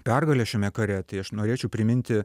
pergalę šiame kare tai aš norėčiau priminti